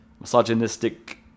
misogynistic